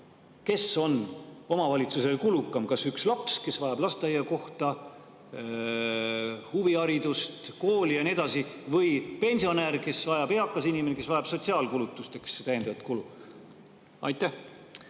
kes on omavalitsusele kulukam, kas üks laps, kes vajab lasteaiakohta, huviharidust, kooli ja nii edasi, või pensionär, eakas inimene, kes vajab sotsiaalkulutusteks täiendavalt [raha]? Aitäh!